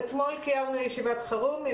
קיימנו ישיבת חירום עם